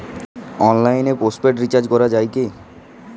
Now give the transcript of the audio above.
অনলাইনে postpaid recharge করা যায় কি?